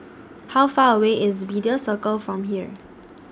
How Far away IS Media Circle from here